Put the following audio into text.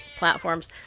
platforms